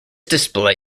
display